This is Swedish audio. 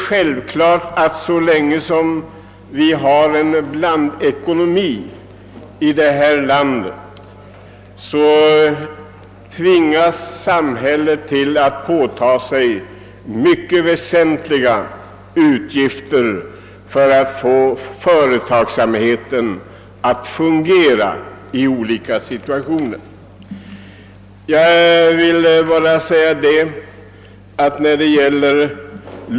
Så länge vi har en blandekonomi i detta land tvingas samhället ta på sig mycket väsentliga utgifter för att få företagsamheten att fungera i olika situationer.